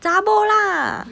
zha bor lah